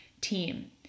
team